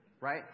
right